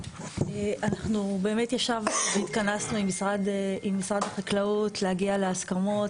אנחנו באמת ישבנו והתכנסנו עם משרד החקלאות להגיע להסכמות.